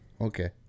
Okay